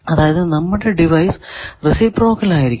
അതായത് നമ്മുടെ device reciprocal ആയിരിക്കണം